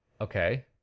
okay